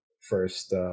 first